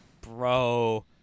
Bro